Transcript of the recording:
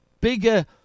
bigger